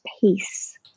peace